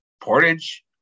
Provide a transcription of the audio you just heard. portage